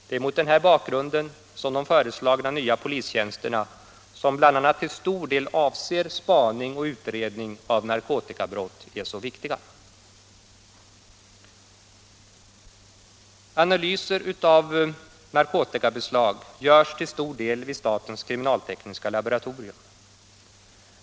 Det är mot den bakgrunden som de föreslagna nya polistjänsterna, som bl.a. till stor del avser spaning och utredning av narkotikabrott, är så viktiga. Analyser av narkotikabeslag görs till stor del vid statens kriminaltekniska laboratorium.